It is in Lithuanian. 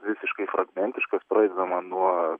visiškai fragmentiškas pradedama nuo